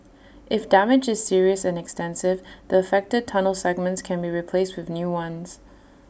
if damage is serious and extensive the affected tunnel segments can be replaced with new ones